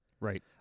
Right